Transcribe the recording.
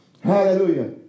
Hallelujah